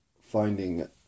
finding